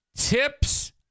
Tips